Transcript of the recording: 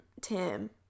Tim